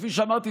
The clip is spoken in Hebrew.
שכפי שאמרתי,